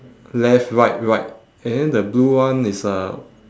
left right right and then the blue one is uh